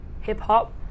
hip-hop